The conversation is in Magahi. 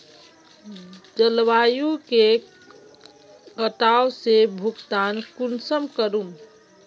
जलवायु के कटाव से भुगतान कुंसम करूम?